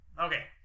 okay